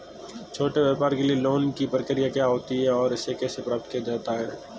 छोटे व्यापार के लिए लोंन की क्या प्रक्रिया होती है और इसे कैसे प्राप्त किया जाता है?